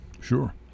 sure